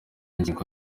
ngingo